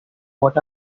what